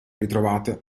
ritrovate